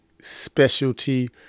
specialty